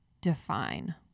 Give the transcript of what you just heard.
define